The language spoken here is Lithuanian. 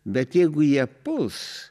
bet jeigu jie puls